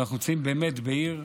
אנחנו נמצאים באמת בעיר,